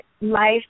life